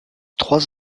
trois